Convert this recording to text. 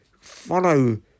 follow